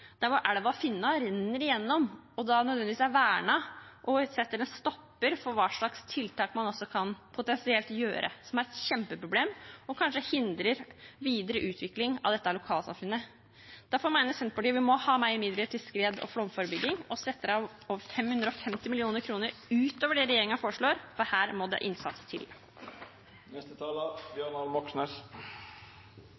der hvor elva Finna renner igjennom. Da er det nødvendigvis vernet og setter en stopper for hva slags tiltak man potensielt kan gjøre, noe som er et kjempeproblem og kanskje hindrer videre utvikling av dette lokalsamfunnet. Derfor mener Senterpartiet vi må ha mer midler til skred- og flomforebygging, og vi setter av 550 mill. kr. ut over det regjeringen foreslår, for her må det innsats til.